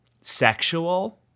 sexual